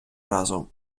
разом